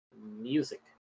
Music